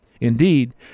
Indeed